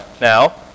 now